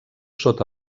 sota